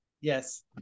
Yes